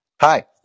Hi